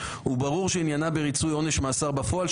וברור שעניינה בריצוי עונש מאסר בפועל,